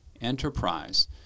enterprise